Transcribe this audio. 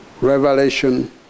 Revelation